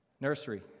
Nursery